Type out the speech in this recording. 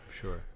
Sure